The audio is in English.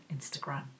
Instagram